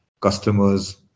customers